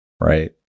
right